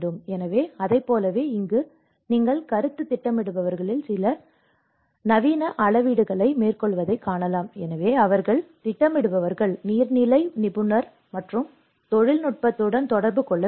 எனவே அதைப் போலவே இங்கே நீங்கள் கருத்துத் திட்டமிடுபவர்களில் நில அளவீடுகளை மேற்கொள்வதைக் காணலாம் எனவே அவர்கள் திட்டமிடுபவர்கள் நீர்நிலை நிபுணர் மற்றும் தொழில்நுட்பத்துடன் தொடர்பு கொள்ள வேண்டும்